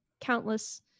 countless